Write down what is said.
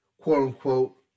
quote-unquote